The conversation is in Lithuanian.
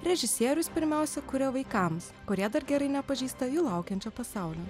režisierius pirmiausia kuria vaikams kurie dar gerai nepažįsta jų laukiančio pasaulio